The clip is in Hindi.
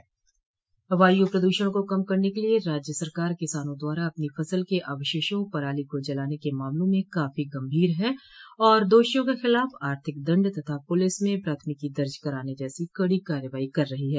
वायु प्रदूषण को कम करने के लिये राज्य सरकार किसानों द्वारा अपनी फसल के अवशेषों पराली को जलाने के मामलो में काफी गंभीर है और दोषियों के खिलाफ आर्थिक दण्ड तथा पुलिस में प्राथमिकी दर्ज कराने जैसी कड़ी कार्रवाई कर रही है